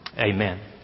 amen